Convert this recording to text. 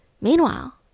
Meanwhile